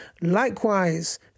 likewise